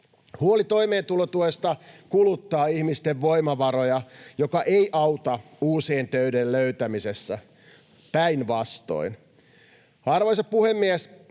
Huoli toimeentulosta kuluttaa ihmisten voimavaroja, mikä ei auta uusien töiden löytämisessä — päinvastoin.